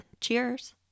Cheers